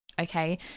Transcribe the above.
Okay